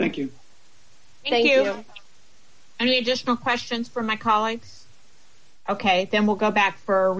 thank you thank you i mean just the question for my calling ok then we'll go back for